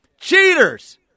Cheaters